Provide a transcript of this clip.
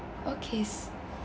okay